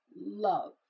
Love